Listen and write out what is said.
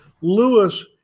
Lewis